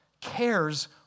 cares